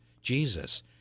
Jesus